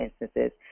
instances